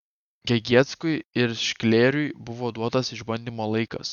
gegieckui ir šklėriui buvo duotas išbandymo laikas